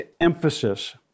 emphasis